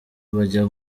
bajya